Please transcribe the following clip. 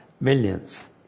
millions